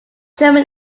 german